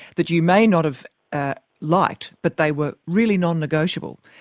that you may not have ah liked but they were really non-negotiable,